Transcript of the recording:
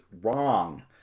wrong